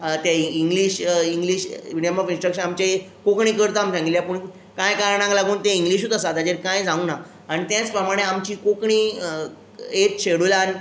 तें English English medium of instruction आमचें कोंकणी करता म्हूण सांगिल्लें पूण कांय कारणाक लागून तें इंग्लिशूच आसा ताजेर कांय जावं ना आनी त्याच प्रमाणें आमची कोंकणी एट्थ शेडुलान